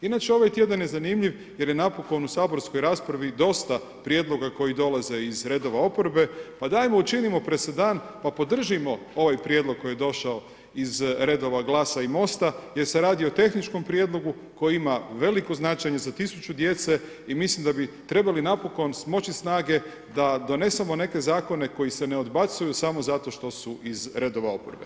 Inače ovaj tjedan je zanimljiv jer je napokon u saborskoj raspravi dosta prijedloga koji dolaze iz redova oporbe, pa dajmo, učinimo presedan pa podržimo ovaj prijedlog koji je došao iz redova GLAS-a i MOST-a jer se radi o tehničkom prijedlogu koji ima veliko značenje za 1000 djece i mislim da bi trebali napokon smoći snage da donesemo neke zakoni koji se ne odbacuju samo zato što su iz redova oporbe.